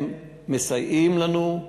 הם מסייעים לנו,